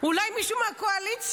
אולי מישהו מהקואליציה?